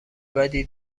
بدی